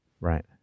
Right